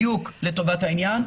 בדיוק לטובת העניין.